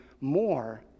more